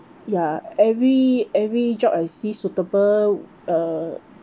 ya every every job I see suitable err